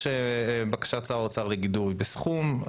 בקשת שר האוצר לגידור היא בסכום.